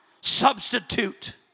substitute